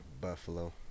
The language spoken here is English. Buffalo